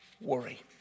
worry